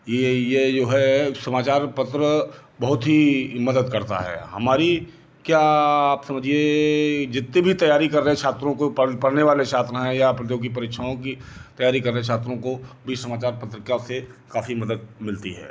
ये ये जो है समाचार पत्र बहुत ही मदद करता है हमारी क्या आप समझिए जितनी भी तैयारी कर रहे छात्रों को पढ़ पढ़ने वाले छात्र हैं या प्रतियोगी परीक्षाओं की तैयारी कर रहे छात्रों को भी समाचार पत्रिका से काफ़ी मदद मिलती है